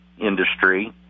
industry